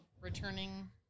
returning